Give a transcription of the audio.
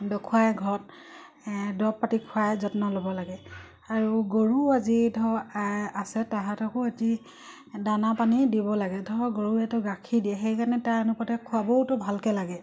দেখুৱাই ঘৰত দৰব পাতি খুৱাই যত্ন ল'ব লাগে আৰু গৰু আজি ধৰক আছে তাহাঁতকো দানা পানী দিব লাগে ধৰক গৰু এটো গাখীৰ দিয়ে সেইকাৰণে তাৰ অনুপাতে খোৱাবওতো ভালকে লাগে